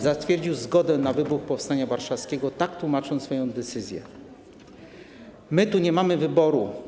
Zatwierdził zgodę na wybuch powstania warszawskiego, tak tłumacząc swoją decyzję: „My tu nie mamy wyboru.